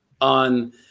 on